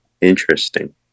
Interesting